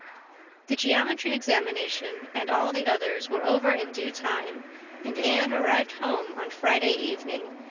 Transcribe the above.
the geometry examination and all the others were over in due time and anne arrived home on friday evening,